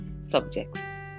subjects